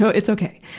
so it's okay,